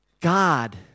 God